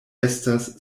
estas